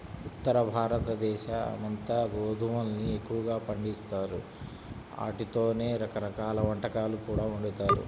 ఉత్తరభారతదేశమంతా గోధుమల్ని ఎక్కువగా పండిత్తారు, ఆటితోనే రకరకాల వంటకాలు కూడా వండుతారు